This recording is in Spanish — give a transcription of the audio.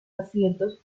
asientos